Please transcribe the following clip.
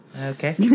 Okay